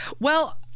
Well-